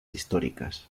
históricas